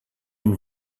und